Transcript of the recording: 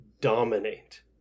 dominate